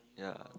yea